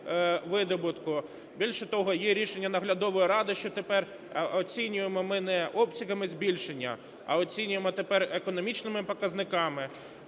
видобутку. Більше того, є рішення наглядової ради, що тепер оцінюємо ми не обсягами збільшення, а оцінюємо тепер економічними показниками.